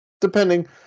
Depending